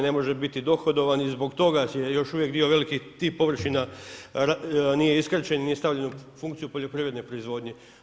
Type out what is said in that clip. Ne može biti dohodovni i zbog toga je još uvijek dio veliki tih površina nije iskrčen, nije stavljen u funkciju poljoprivredne proizvodnje.